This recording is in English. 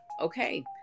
okay